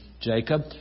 Jacob